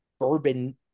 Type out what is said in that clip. bourbon